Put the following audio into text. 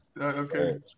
Okay